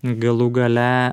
galų gale